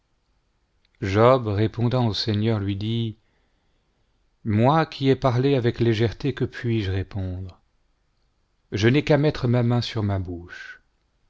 job répondant au seigneur lui dit moi qui ai parlé avec légèreté que puis-je répondre je n'ai qu'à mettre ma main sur ma bouche